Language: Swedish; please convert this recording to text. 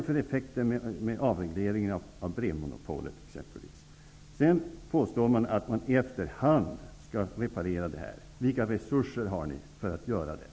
Vilka effekter får exempelvis avregleringen av brevmonopolet? Man påstår att man i efterhand skall reparera det. Vilka resurser har ni för att göra detta?